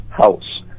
House